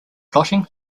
plotting